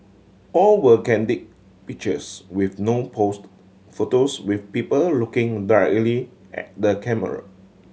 all were candid pictures with no posed photos with people looking directly at the camera